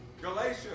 Galatia